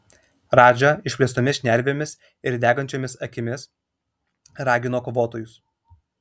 radža išplėstomis šnervėmis ir degančiomis akimis ragino kovotojus